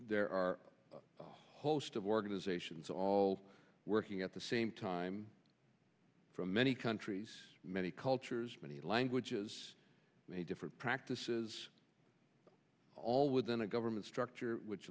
there are a host of organizations all working at the same time from many countries many cultures many languages many different practices all within a government structure which